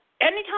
anytime